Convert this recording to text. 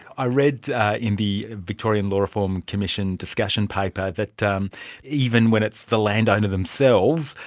i read in the victorian law reform commission discussion paper that um even when it's the landowner themselves,